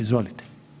Izvolite.